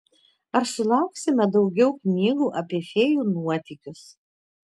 ar sulauksime daugiau knygų apie fėjų nuotykius